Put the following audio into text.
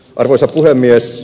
arvoisa puhemies